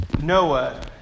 Noah